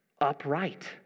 upright